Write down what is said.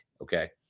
Okay